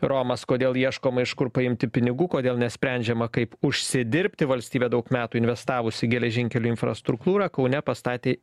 romas kodėl ieškoma iš kur paimti pinigų kodėl nesprendžiama kaip užsidirbti valstybė daug metų investavusi į geležinkelių infrastruktūrą kaune pastatė